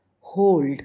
hold